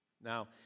Now